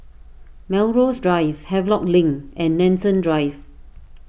Melrose Drive Havelock Link and Nanson Drive